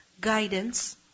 guidance